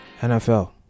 NFL